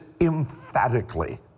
emphatically